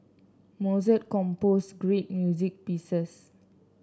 Mozart composed great music pieces